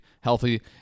healthy